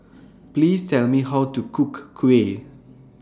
Please Tell Me How to Cook Kuih